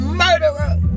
murderer